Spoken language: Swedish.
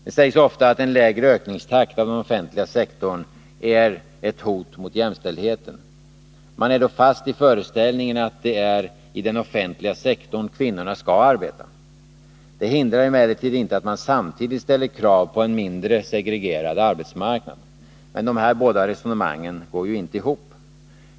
Det sägs ofta att en lägre takt i ökningen av den offentliga sektorn är ett hot mot jämställdheten. Man är då fast i föreställningen att det är i den offentliga sektorn kvinnorna skall arbeta. Det hindrar emellertid inte att man samtidigt ställer krav på en mindre segregerad arbetsmarknad. Men de båda resonemangen går ju inte ihop.